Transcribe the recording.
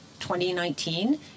2019